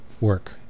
work